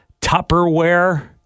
Tupperware